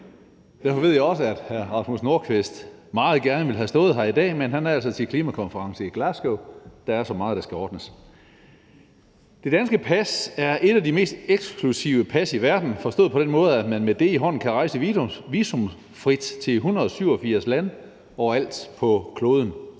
Derfor ved jeg også, at hr. Rasmus Nordqvist meget gerne ville har stået her i dag, men han er altså til klimakonference i Glasgow. Der er så meget, der skal ordnes. Det danske pas er et af de mest eksklusive pas i verden, forstået på den måde at man med det i hånden kan rejse visumfrit til 187 lande overalt på kloden.